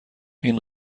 این